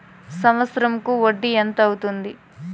సంవత్సరం కు వడ్డీ ఎంత అవుతుంది?